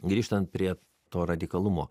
grįžtant prie to radikalumo